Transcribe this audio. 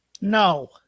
no